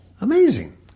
Amazing